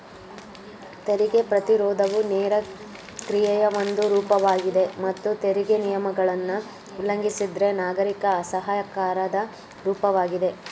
ತೆರಿಗೆ ಪ್ರತಿರೋಧವು ನೇರ ಕ್ರಿಯೆಯ ಒಂದು ರೂಪವಾಗಿದೆ ಮತ್ತು ತೆರಿಗೆ ನಿಯಮಗಳನ್ನ ಉಲ್ಲಂಘಿಸಿದ್ರೆ ನಾಗರಿಕ ಅಸಹಕಾರದ ರೂಪವಾಗಿದೆ